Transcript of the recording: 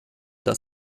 das